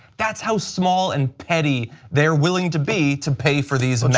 that's how small and petty they are willing to be to pay for these